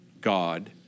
God